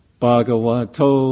bhagavato